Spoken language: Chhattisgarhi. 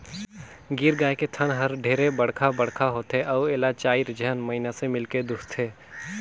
गीर गाय के थन हर ढेरे बड़खा बड़खा होथे अउ एला चायर झन मइनसे मिलके दुहथे